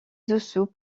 dessous